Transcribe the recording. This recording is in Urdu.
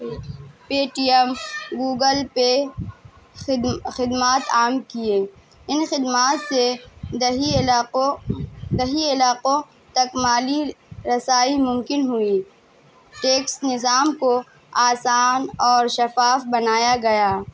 پے ٹی ایم گوگل پے خدم خدمات عام کیے ان خدمات سے دیہی علاقوں دیہی علاقوں تک مالی رسائی ممکن ہوئی ٹیکس نظام کو آسان اور شفاف بنایا گیا